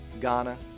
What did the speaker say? Ghana